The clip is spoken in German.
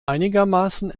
einigermaßen